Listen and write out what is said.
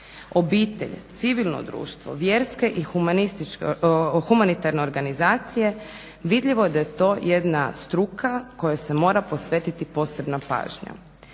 obitelj, civilno društvo, vjerske i humanitarne organizacije vidljivo je da je to jedna struka kojoj se mora posvetiti posebna pažnja.